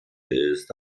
ist